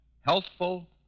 Healthful